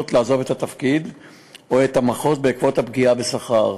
לעזוב את התפקיד או את המחוז בעקבות הפגיעה בשכר.